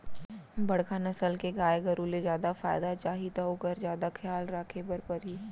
बड़का नसल के गाय गरू ले जादा फायदा चाही त ओकर जादा खयाल राखे बर परही